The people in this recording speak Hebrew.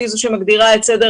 היא זו שמגדירה את סדר